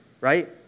Right